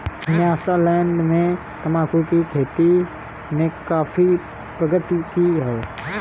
Nyasaland में तंबाकू की खेती ने काफी प्रगति की है